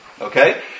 Okay